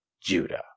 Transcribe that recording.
Judah